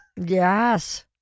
yes